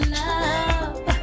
love